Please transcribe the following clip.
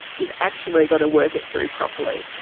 you've actually got to work it through properly.